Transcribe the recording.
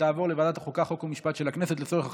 לוועדת החוקה, חוק ומשפט נתקבלה.